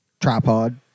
tripod